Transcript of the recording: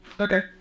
Okay